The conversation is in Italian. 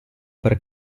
per